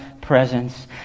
presence